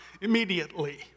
immediately